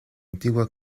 antigua